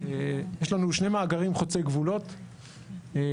יש לנו שני מאגרים חוצי גבולות שבגין